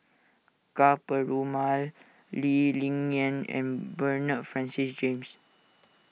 Ka Perumal Lee Ling Yen and Bernard Francis James